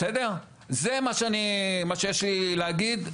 זה מה שיש לי להגיד,